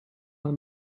mal